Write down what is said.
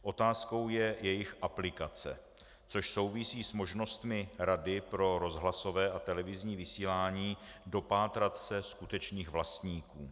Otázkou je jejich aplikace, což souvisí s možnostmi Rady pro rozhlasové a televizní vysílání dopátrat se skutečných vlastníků.